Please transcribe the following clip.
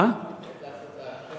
עת לעשות לה' הפרו תורתך.